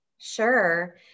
Sure